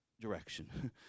direction